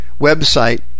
website